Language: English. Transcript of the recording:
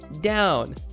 down